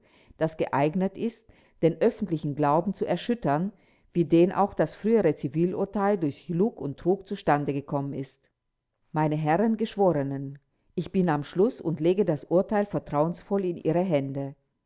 das geeignet ist den öffentlichen glauben zu erschüttern wie denn auch das frühere zivilurteil durch lug und trug zustande gekommen ist meine herren geschworenen ich bin am schluß und ich lege das urteil vertrauensvoll in ihre hände